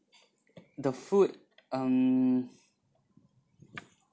the food um